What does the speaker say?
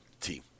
team